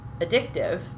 addictive